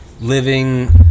Living